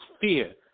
fear